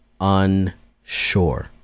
unsure